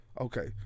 Okay